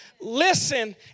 Listen